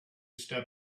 step